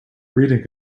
reading